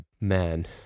man